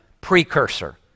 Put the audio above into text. precursor